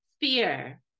fear